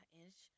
inch